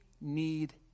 need